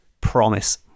Promise